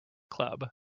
club